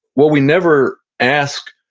well, we never ask,